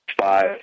five